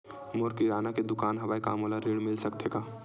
मोर किराना के दुकान हवय का मोला ऋण मिल सकथे का?